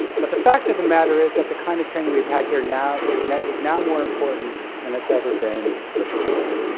but the fact of the matter is that the kind of training we've had here now is now is now more important than it's ever been before,